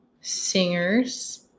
singers